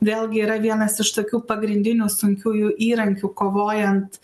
vėlgi yra vienas iš tokių pagrindinių sunkiųjų įrankių kovojant